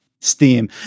Steam